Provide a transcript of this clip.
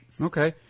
Okay